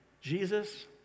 Jesus